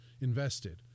invested